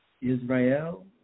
Israel